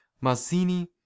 Mazzini